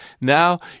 Now